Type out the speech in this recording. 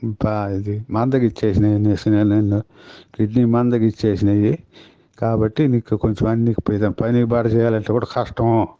ఇంకా ఇది మందగించేసినవి మెషీన్లు కిడ్నీలు మందగించేసినవి కాబట్టి నీకు కొంచెం అన్నీ పెద్దగా పని పాట చెయ్యాలంటే కూడా కష్టము